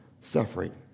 suffering